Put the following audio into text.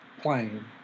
playing